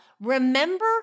remember